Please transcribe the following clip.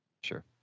Sure